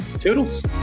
toodles